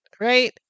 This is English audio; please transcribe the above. right